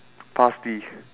parsley